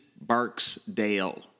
Barksdale